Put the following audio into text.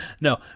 No